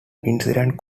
incident